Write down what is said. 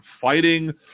fighting